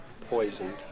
poisoned